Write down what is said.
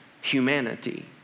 humanity